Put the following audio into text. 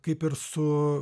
kaip ir su